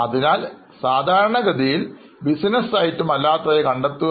അതിനാൽ സാധാരണഗതിയിൽ business items അല്ലാത്തവയെ കണ്ടെത്തുക